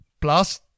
plus